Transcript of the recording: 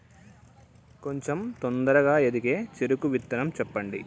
కొంచం తొందరగా ఎదిగే చెరుకు విత్తనం చెప్పండి?